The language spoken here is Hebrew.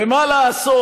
ומה לעשות,